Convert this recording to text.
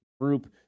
group